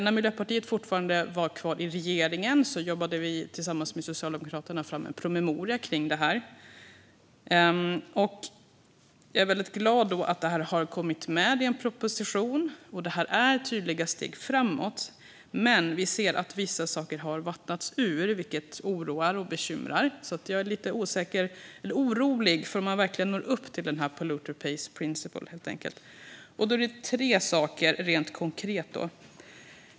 När Miljöpartiet fortfarande satt kvar i regeringen jobbade vi tillsammans med Socialdemokraterna fram en promemoria om det här. Jag är väldigt glad att det har kommit med i en proposition. Det är tydliga steg framåt. Men vissa saker har vattnats ur, vilket oroar och bekymrar oss. Jag blir därför lite orolig i fråga om man verkligen når upp till polluter pays principle. Det gäller tre saker rent konkret.